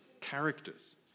characters